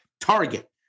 target